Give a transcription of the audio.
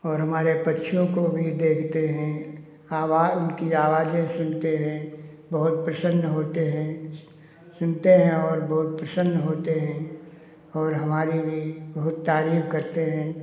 और हमारे पक्षियों को भी देखते हैं आवाज उनकी आवाजें सुनते हैं बहुत प्रसन्न होते हैं सुनते हैं और बहुत प्रसन्न होते हैं और हमारी भी बहुत तारीफ़ करते हैं